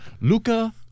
Luca